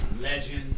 Legend